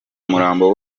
umurambo